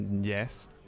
Yes